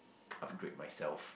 upgrade myself